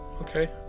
Okay